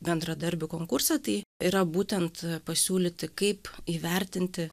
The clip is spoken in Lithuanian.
bendradarbių konkurse tai yra būtent pasiūlyti kaip įvertinti